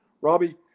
Robbie